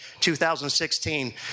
2016